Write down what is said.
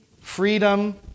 freedom